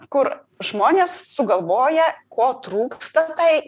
kur žmonės sugalvoja ko trūksta tai